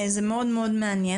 זה מאוד מעניין.